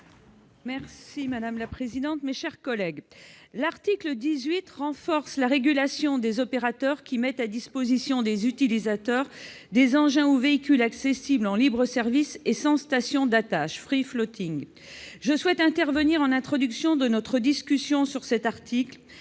est à Mme Catherine Dumas, sur l'article. L'article 18 renforce la régulation des opérateurs qui mettent à disposition des utilisateurs des engins ou véhicules accessibles en libre-service et sans station d'attache, suivant le système de. J'ai souhaité intervenir en introduction de notre discussion sur cet article,